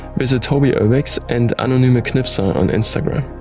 visit tobi urbex and a nonyme k nipser on instagram.